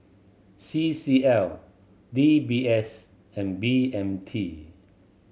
C C L D B S and B M T